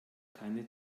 keine